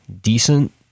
decent